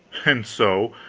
and so,